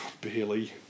Barely